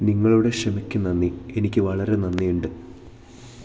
നിങ്ങളുടെ ക്ഷമക്ക് നന്ദി എനിക്ക് വളരെ നന്ദിയുണ്ട്